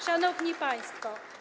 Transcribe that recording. Szanowni Państwo!